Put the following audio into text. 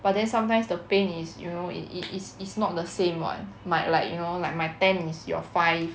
but then sometimes the pain is you know it is is is not the same [one] might like you know like my ten is your five